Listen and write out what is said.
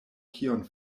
kion